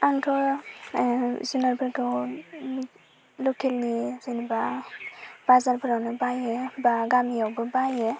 आंथ' जुनादफोरखौ लकेल नि जेनबा बाजारफोरावनो बायो बा गामियावबो बायो